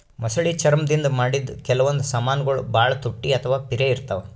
ಮೊಸಳಿ ಚರ್ಮ್ ದಿಂದ್ ಮಾಡಿದ್ದ್ ಕೆಲವೊಂದ್ ಸಮಾನ್ಗೊಳ್ ಭಾಳ್ ತುಟ್ಟಿ ಅಥವಾ ಪಿರೆ ಇರ್ತವ್